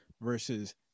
versus